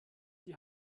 die